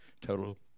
total